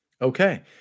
Okay